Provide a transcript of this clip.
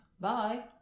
Bye